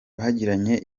bagiranye